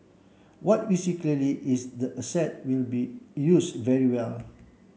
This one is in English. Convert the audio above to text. what we see clearly is the asset will be used very well